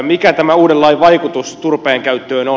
mikä tämän uuden lain vaikutus turpeen käyttöön on